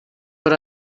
what